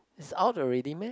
is out already meh